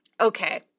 Okay